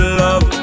love